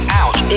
out